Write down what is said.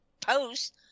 post